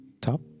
top